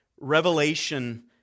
Revelation